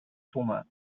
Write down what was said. fumar